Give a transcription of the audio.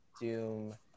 Doom